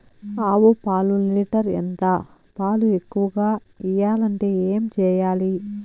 ఆవు పాలు లీటర్ ఎంత? పాలు ఎక్కువగా ఇయ్యాలంటే ఏం చేయాలి?